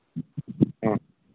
ᱦᱮᱸ